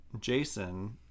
Jason